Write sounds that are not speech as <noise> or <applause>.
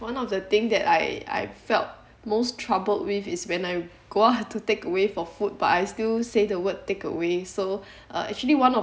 one of the thing that I I felt most troubled with is when I go out <laughs> to take away for food but I still say the word takeaway so uh actually one of